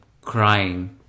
crying